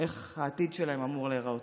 איך העתיד שלהם אמור להיראות.